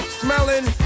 smelling